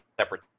separate